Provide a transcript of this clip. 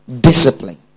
Discipline